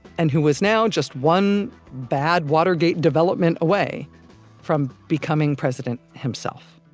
and who was now just one bad watergate development away from becoming president himself.